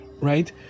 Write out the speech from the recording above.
right